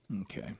Okay